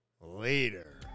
later